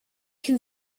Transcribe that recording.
can